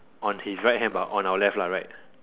on his right hand but our left lah right